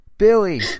Billy